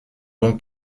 bon